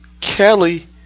Kelly